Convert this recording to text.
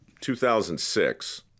2006